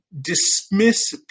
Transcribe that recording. dismiss